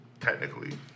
Technically